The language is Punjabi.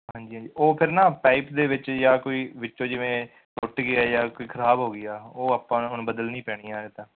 ਹਾਂਜੀ ਹਾਂਜੀ ਉਹ ਫੇਰ ਨਾ ਪਾਈਪ ਦੇ ਵਿੱਚ ਜਾਂ ਕੋਈ ਵਿੱਚੋਂ ਜਿਵੇਂ ਟੁੱਟ ਗਿਆ ਜਾਂ ਕੋਈ ਖਰਾਬ ਹੋ ਗਈ ਆ ਉਹ ਆਪਾਂ ਹੁਣ ਬਦਲਣੀ ਪੈਣੀ ਆ ਇਹ ਤਾਂ